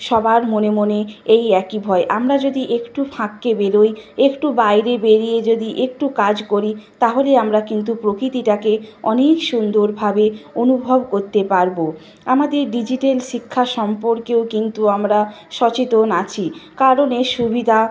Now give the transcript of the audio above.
সবার মনে মনে এই একই ভয় আমরা যদি একটু ফাঁককে বেরোই একটু বাইরে বেরিয়ে যদি একটু কাজ করি তাহলে আমরা কিন্তু প্রকৃতিটাকে অনেক সুন্দরভাবে অনুভব করতে পারবো আমাদের ডিজিটাল শিক্ষা সম্পর্কেও কিন্তু আমরা সচেতন আছি কারণ এর সুবিধা